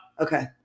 Okay